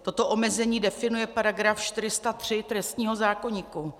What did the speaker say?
Toto omezení definuje § 403 trestního zákoníku.